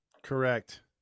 Correct